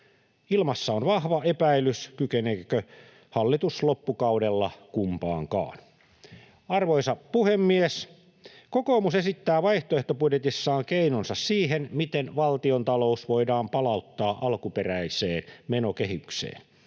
Ilmassa on vahva epäilys, kykeneekö hallitus loppukaudella kumpaankaan. Arvoisa puhemies! Kokoomus esittää vaihtoehtobudjetissaan keinonsa siihen, miten valtiontalous voidaan palauttaa alkuperäiseen menokehykseen